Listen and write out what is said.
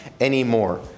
anymore